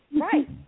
Right